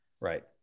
Right